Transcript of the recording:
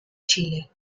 chile